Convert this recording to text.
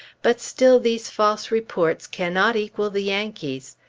but still these false reports cannot equal the yankees'.